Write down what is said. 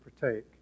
partake